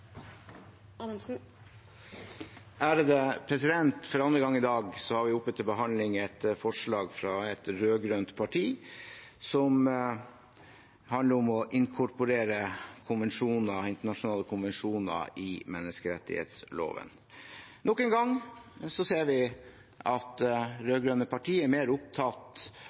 For andre gang i dag har vi oppe til behandling et forslag fra et rød-grønt parti som handler om å inkorporere internasjonale konvensjoner i menneskerettsloven. Nok en gang ser vi at rød-grønne parti er mer opptatt